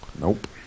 Nope